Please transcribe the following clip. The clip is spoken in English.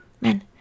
men